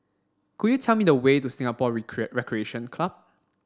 could you tell me the way to Singapore Recreation Club